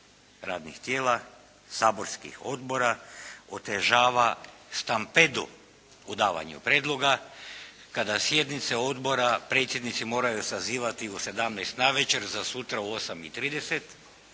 radnih tijela, saborskih odbora otežava stampedo u davanju prijedloga, kada sjednice odbora predsjednici moraju sazivati u 17 navečer za sutra u 8